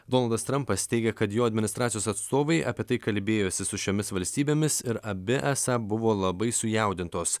donaldas trampas teigia kad jo administracijos atstovai apie tai kalbėjosi su šiomis valstybėmis ir abi esą buvo labai sujaudintos